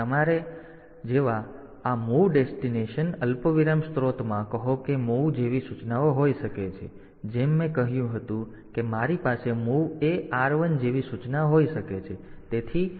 તેથી તમારા જેવા આ મૂવ ડેસ્ટિનેશન અલ્પવિરામ સ્ત્રોતમાં કહો કે મૂવ જેવી સૂચનાઓ હોઈ શકે છે જેમ મેં કહ્યું હતું કે મારી પાસે MOV AR1 જેવી સૂચના હોઈ શકે છે